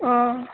অঁ